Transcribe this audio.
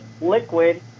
liquid